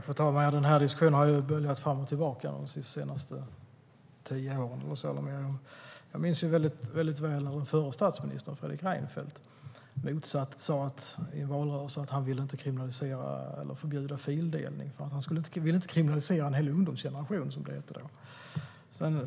Fru talman! Den här diskussionen har böljat fram och tillbaka de senaste tio åren. Jag minns mycket väl hur den förre statsministern, Fredrik Reinfeldt, sa i valrörelsen att han inte ville förbjuda fildelning, eftersom han inte ville kriminalisera en ungdomsgeneration, som det hette då.